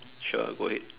sure go ahead